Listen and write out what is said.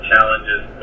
challenges